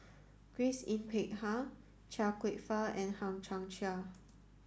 Grace Yin Peck Ha Chia Kwek Fah and Hang Chang Chieh